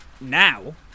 Now